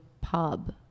pub